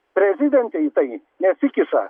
prezidentai į tai nesikiša